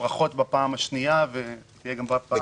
ברכות בפעם השנייה ותהיה גם פעם שלישית.